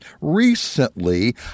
Recently